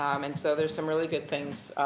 um and so, there's some really good things,